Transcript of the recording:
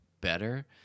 better